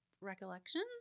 recollection